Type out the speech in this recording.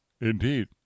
Indeed